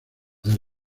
del